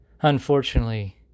unfortunately